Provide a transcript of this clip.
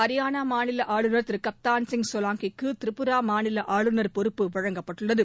ஹரியானா மாநில ஆளுநர் திரு கப்தான்சிங் சோலங்கிக்கு திரிபுரா மாநில ஆளுநர் பொறுப்பு வழங்கப்பட்டுள்ளது